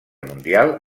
mundial